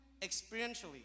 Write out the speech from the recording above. experientially